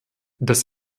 das